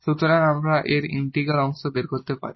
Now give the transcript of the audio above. সুতরাং আমরা এর ইন্টিগ্রাল অংশ বের করতে পারি